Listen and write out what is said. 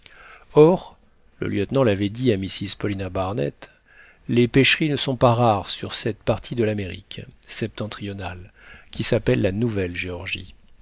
or le lieutenant l'avait dit à mrs paulina barnett les pêcheries ne sont pas rares sur cette partie de l'amérique septentrionale qui s'appelle la